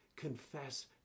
confess